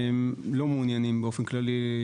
לשכת עורכי הדין לא מעוניינת באופן כללי.